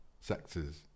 Sectors